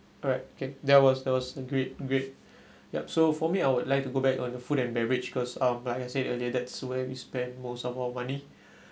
alright can that was that was a great great yup so for me I would like to go back on the food and beverage because um like I said earlier that's where we spend most of our money